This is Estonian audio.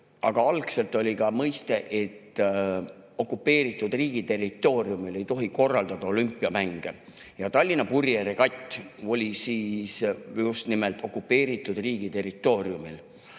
aga algselt oli seal [põhimõte], et okupeeritud riigi territooriumil ei tohi korraldada olümpiamänge. Aga Tallinna purjeregatt oli siis just nimelt okupeeritud riigi territooriumil.1975.